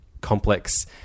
complex